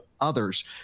others